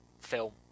film